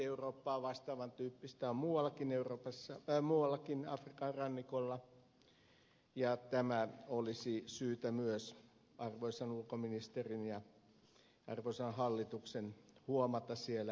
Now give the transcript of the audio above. vastaavan tyyppistä on muuallakin afrikan rannikolla ja tämä olisi syytä myös arvoisan ulkoministerin ja arvoisan hallituksen huomata siellä eu pöydissä